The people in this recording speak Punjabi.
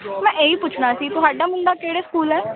ਮੈਂ ਇਹ ਹੀ ਪੁੱਛਣਾ ਸੀ ਤੁਹਾਡਾ ਮੁੰਡਾ ਕਿਹੜੇ ਸਕੂਲ ਹੈ